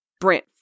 Brent